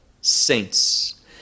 saints